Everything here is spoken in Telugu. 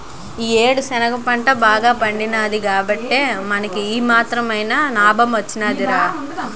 ఈ యేడు శనగ పంట బాగా పండినాది కాబట్టే మనకి ఈ మాత్రమైన నాబం వొచ్చిందిరా